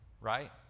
right